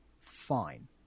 fine